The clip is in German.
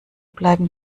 bleiben